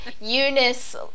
Eunice